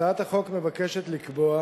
הצעת החוק מבקשת לקבוע